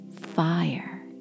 fire